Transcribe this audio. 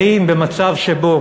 ואם במצב שבו